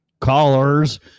callers